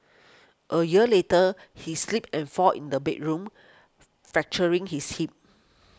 a year later he slipped and fall in the bedroom fracturing his hip